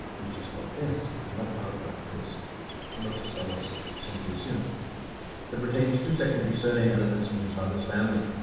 which is cortes and not alva as most scholars simply assumed. but it retains two secondary surname elements from his mother's family.